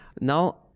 Now